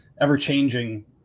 ever-changing